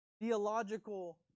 theological